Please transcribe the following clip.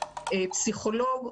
פסיכולוג,